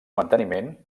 manteniment